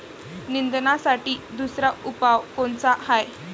निंदनासाठी दुसरा उपाव कोनचा हाये?